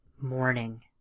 Morning